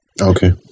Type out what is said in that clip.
Okay